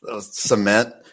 cement